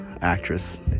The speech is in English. actress